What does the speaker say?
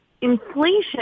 Inflation